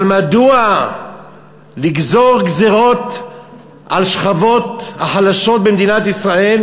אבל מדוע לגזור גזירות על השכבות החלשות במדינת ישראל?